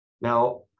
Now